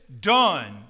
done